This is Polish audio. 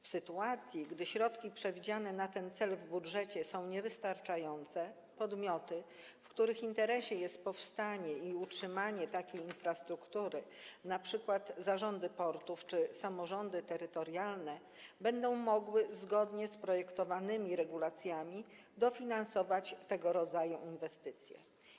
W sytuacji gdy środki przewidziane na ten cel w budżecie są niewystarczające, podmioty, w których interesie leży powstanie i utrzymanie takiej infrastruktury, np. zarządy portów czy samorządy terytorialne, będą mogły zgodnie z projektowanymi regulacjami dofinansować tego rodzaju inwestycje.